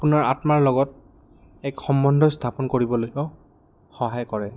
আপোনাৰ আত্মাৰ লগত এক সম্বন্ধ স্থাপন কৰিবলৈও সহায় কৰে